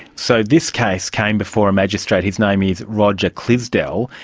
so this case came before a magistrate, his name is roger clisdell,